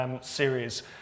Series